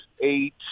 eight